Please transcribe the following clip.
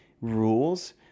rules